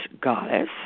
goddess